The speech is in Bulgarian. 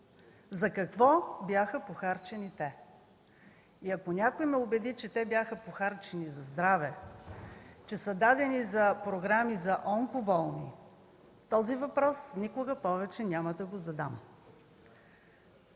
за какво бяха похарчени те? Ако някой ме убеди, че те бяха похарчени за здраве, че са дадени за програми за онкоболни, този въпрос никога повече няма да го задам.